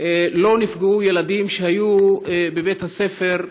לא נפגעו ילדים שהיו בבית הספר,